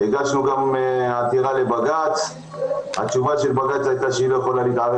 הגשנו גם עתירה לבג"ץ ותשובת בג"ץ הייתה שהוא לא יכול להתערב